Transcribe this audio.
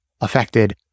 affected